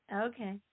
Okay